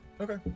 Okay